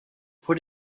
put